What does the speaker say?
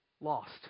lost